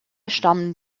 stammen